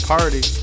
Party